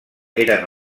eren